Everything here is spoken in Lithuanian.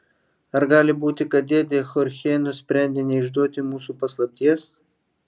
ar gali būti kad dėdė chorchė nusprendė neišduoti mūsų paslapties